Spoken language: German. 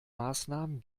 maßnahmen